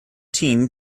team